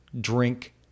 drink